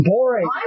Boring